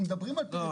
לא,